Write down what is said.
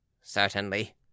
Certainly